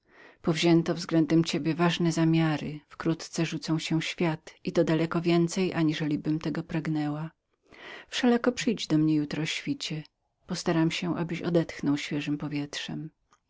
powzięto względem ciebie ważne zamiary wkrótce rzucą cię w świat i daleko więcej aniżelibym tego pragnęła wszelako przyjdź do mnie jutro o świecieświcie postaram się że odetchniesz świeżem powietrzem